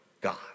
God